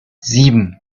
sieben